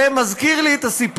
זה מזכיר לי את הסיפור,